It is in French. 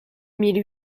mille